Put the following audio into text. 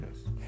yes